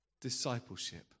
discipleship